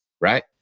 Right